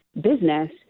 business